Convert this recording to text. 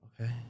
Okay